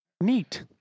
Neat